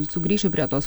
sugrįšiu prie tos